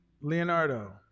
Leonardo